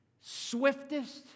swiftest